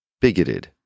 bigoted